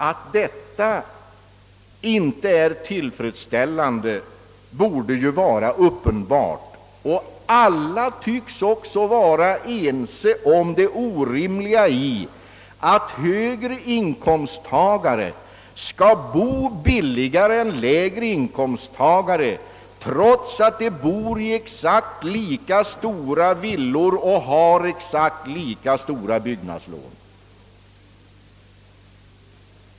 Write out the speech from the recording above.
Att detta inte är tillfredsställande torde ju vara uppenbart, och alla tycks också vara ense om det orimliga i att högre inkomsttagare skall bo billigare än lägre inkomsttagare trots att de bor i exakt lika stora villor och har exakt lika stora byggnadslån.